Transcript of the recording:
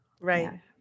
Right